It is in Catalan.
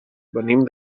venim